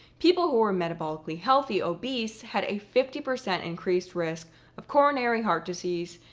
people who were metabolically healthy obese had a fifty percent increased risk of coronary heart disease,